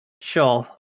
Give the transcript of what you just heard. Sure